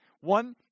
One